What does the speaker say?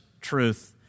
truth